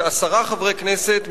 שעשרה חברי כנסת,